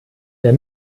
der